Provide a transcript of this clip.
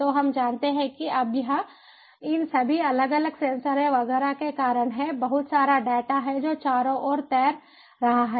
तो हम जानते हैं कि अब यह इन सभी अलग अलग सेंसरों वगैरह के कारण है बहुत सारा डेटा है जो चारों ओर तैर रहा है